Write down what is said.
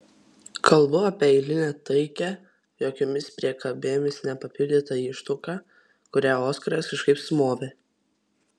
kalbu apie eilinę taikią jokiomis priekabėmis nepapildytą ištuoką kurią oskaras kažkaip sumovė